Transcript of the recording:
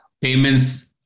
payments